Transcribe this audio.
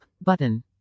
button